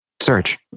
search